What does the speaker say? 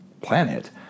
planet